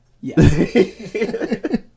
Yes